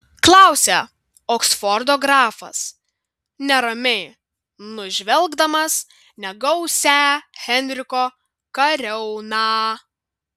klausia oksfordo grafas neramiai nužvelgdamas negausią henriko kariauną